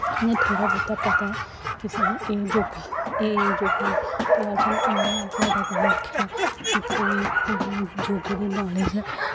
इ'यां थोह्ड़ा बौह्ता पता ऐ कि सानू एह् एह् योग एह् एह् योग होंदा ऐ फिलहाल सानूं इन्ना जादै कोई आक्खै कि पूरी पूरी योगे दी नालेज ऐ